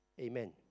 Amen